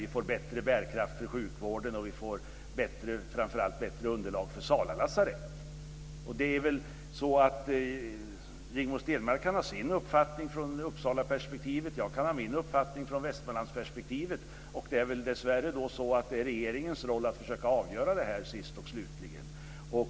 Vi får bättre bärkraft för sjukvården, och vi får framför allt bättre underlag för Sala lasarett. Rigmor Stenmark kan ha sin uppfattning ur Uppsalaperspektivet, och jag kan ha min uppfattning ur Västmanlandsperspektivet. Det är väl dessvärre regeringens roll att sist och slutligen försöka avgöra det här.